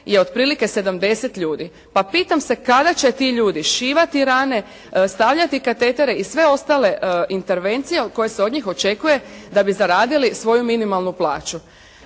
je otprilike 70 ljudi, pa pitam se kada će ti ljudi šivati rane, stavljati katetere i sve ostale intervencije, koje se od njih očekuje da bi zaradili svoju minimalnu plaću.